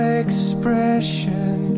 expression